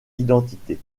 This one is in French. identité